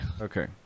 Okay